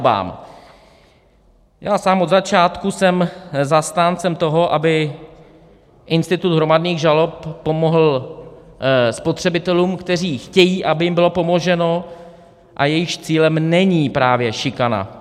Sám jsem od začátku zastáncem toho, aby institut hromadných žalob pomohl spotřebitelům, kteří chtějí, aby jim bylo pomoženo, a jejichž cílem není právě šikana.